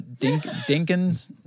Dinkins